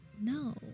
No